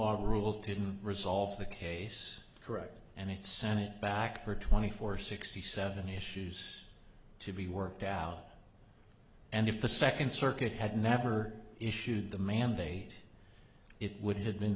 law rule to resolve the case correctly and it sign it back for twenty four sixty seven issues to be worked out and if the second circuit had never issued the mandate it would have been